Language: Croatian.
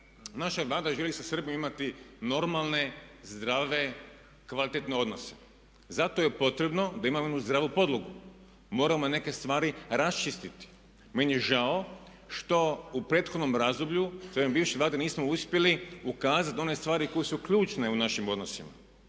naša Vlada želi sa Srbijom imati normalne, zdrave i kvalitetne odnose. Zato je potrebno da imamo jednu zdravu podlogu. Moramo neke stvari raščistiti. Meni je žao što u prethodnom razdoblju one bivše Vlade nismo uspjeli ukazati na one stvari koje su ključne u našim odnosima.